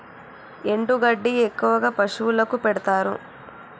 ఎండు గడ్డి ఎక్కువగా పశువులకు పెడుతారు